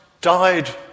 died